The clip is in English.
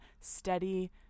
steady